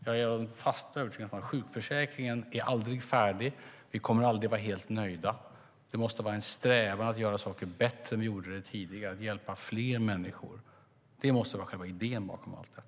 Jag är av den fasta övertygelsen att sjukförsäkringen aldrig blir färdig. Vi kommer aldrig att vara helt nöjda. Det måste vara en strävan att göra saker bättre än tidigare. Vi måste hjälpa fler människor. Det måste vara själva idén bakom allt det.